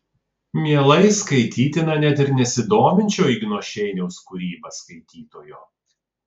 mielai skaitytina net ir nesidominčio igno šeiniaus kūryba skaitytojo